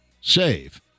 save